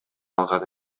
алган